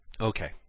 Okay